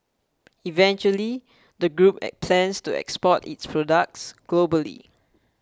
eventually the group plans to export its products globally